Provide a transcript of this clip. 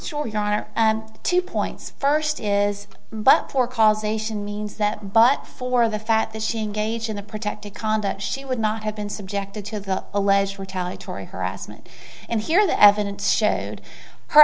sure you are and two points first is but for causation means that but for the fact that she engaged in a protected conduct she would not have been subjected to the alleged retaliatory harassment and here the evidence showed her